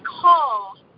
call